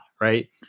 right